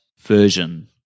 version